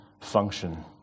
function